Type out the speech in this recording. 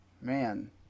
Man